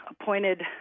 appointed